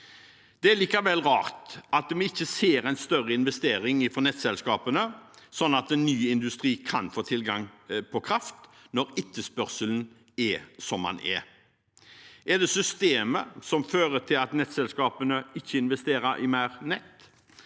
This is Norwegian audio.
Det er likevel rart at vi ikke ser en større investering fra nettselskapene sånn at ny industri kan få tilgang på kraft, når etterspørselen er som den er. Er det systemet som fører til at nettselskapene ikke investerer i mer nett?